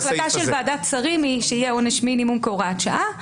ההחלטה של ועדת השרים היא שיהיה עונש מינימום כהוראת שעה.